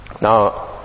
Now